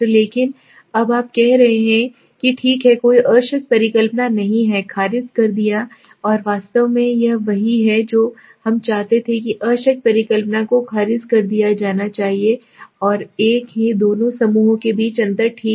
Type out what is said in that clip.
लेकिन अब आप कह रहे हैं कि ठीक है कोई अशक्त परिकल्पना नहीं है खारिज कर दिया और वास्तव में यह वही है जो हम चाहते थे कि अशक्त परिकल्पना को खारिज कर दिया जाना चाहिए और एक है दोनों समूहों के बीच अंतर ठीक है